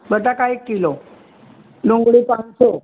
બટાકા એક કિલો ડુંગળી પાંચસો